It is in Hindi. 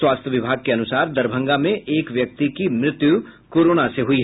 स्वास्थ्य विभाग के अनुसार दरभंगा में एक व्यक्ति की मृत्यु कोरोना से हो गयी